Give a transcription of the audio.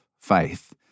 faith